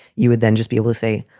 you would then just be able to say,